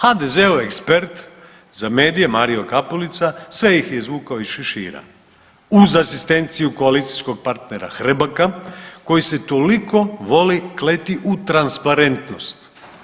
HDZ-ov ekspert za medije Mario Kapulica sve ih je izvukao iz šešira uz asistenciju koalicijskog partnera Hrebaka koji se toliko voli kleti u transparentnost.